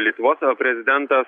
lietuvos prezidentas